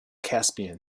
caspian